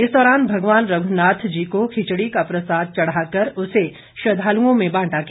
इस दौरान भगवान रघुनाथ को खिचड़ी का प्रसाद चढ़ाकर उसे श्रद्वालुओं में बांटा गया